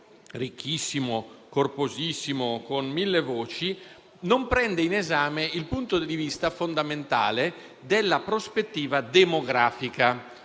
ricchissimo, corposissimo, con mille voci, non prende in esame il punto di vista fondamentale della prospettiva demografica.